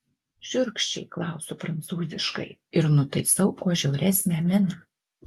šiurkščiai klausiu prancūziškai ir nutaisau kuo žiauresnę miną